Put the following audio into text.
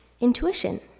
intuition